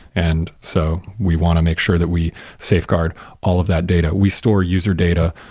and so we want to make sure that we safeguard all of that data we store user data.